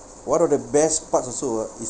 one of the best part also ah is